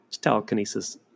telekinesis